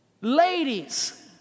Ladies